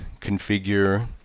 configure